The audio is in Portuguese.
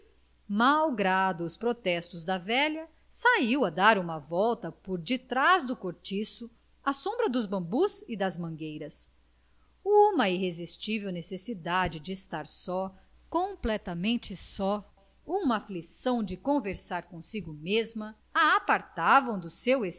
que malgrado os protestos da velha saiu a dar uma volta por detrás do cortiço à sombra dos bambus e das mangueiras uma irresistível necessidade de estar só completamente só uma aflição de conversar consigo mesma a apartava no seu